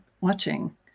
watching